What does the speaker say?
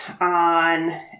on